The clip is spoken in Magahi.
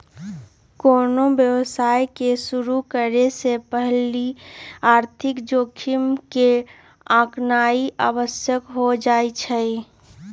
कोनो व्यवसाय के शुरु करे से पहिले आर्थिक जोखिम के आकनाइ आवश्यक हो जाइ छइ